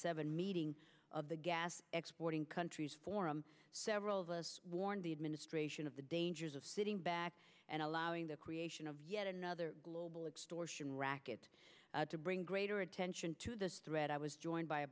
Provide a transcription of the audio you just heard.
seven meeting of the gas exporting countries forum several of us warned the administration of the dangers of sitting back and allowing the creation of yet another global extortion racket bring greater attention to this thread i was joined by a